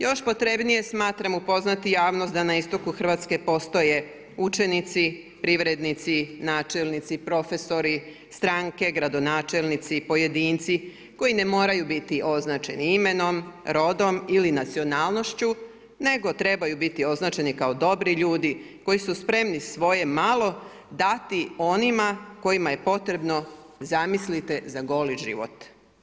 Još potrebnije smatram upoznati javnost da na istoku Hrvatske postoje učenici, privrednici, načelnici i profesori, stranke, gradonačelnici, pojedinci koji ne moraju biti označeni imenom, rodom ili nacionalnošću nego trebaju biti označeni kao dobri ljudi koji su spremni svoje malo dati onima kojima je potrebno, zamislite za goli život.